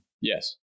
Yes